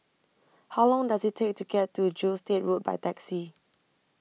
How Long Does IT Take to get to Gilstead Road By Taxi